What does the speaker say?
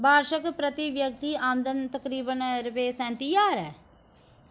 बार्शक प्रति व्यक्ति आमदन तकरीबन रुपये सैंती ज्हार ऐ